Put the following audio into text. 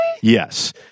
Yes